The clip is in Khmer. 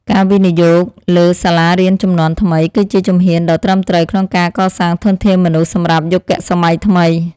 ការវិនិយោគលើសាលារៀនជំនាន់ថ្មីគឺជាជំហានដ៏ត្រឹមត្រូវក្នុងការកសាងធនធានមនុស្សសម្រាប់យុគសម័យថ្មី។